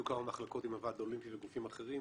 היו כמה מחלוקות עם הוועד האולימפי וגופים אחרים,